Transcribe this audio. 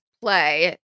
play